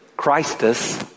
Christus